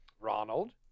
Ronald